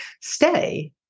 stay